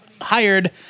hired